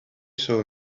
saw